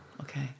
okay